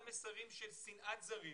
על מסרים של שנאת זרים